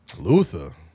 Luther